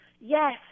Yes